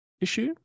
issue